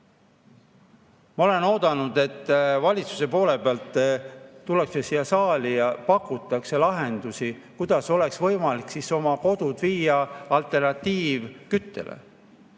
Ma olen oodanud, et valitsuse poole pealt tullakse siia saali ja pakutakse lahendusi, kuidas oleks võimalik oma kodud viia alternatiivküttele,